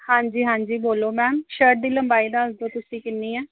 ਹਾਂਜੀ ਹਾਂਜੀ ਬੋਲੋ ਮੈਮ ਸ਼ਰਟ ਦੀ ਲੰਬਾਈ ਦੱਸ ਦਿਉ ਤੁਸੀਂ ਕਿੰਨੀ ਹੈ